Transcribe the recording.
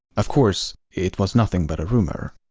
of course, it was nothing but a rumor.